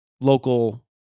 local